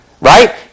Right